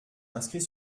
inscrit